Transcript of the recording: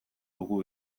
dugu